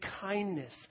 kindness